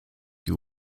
you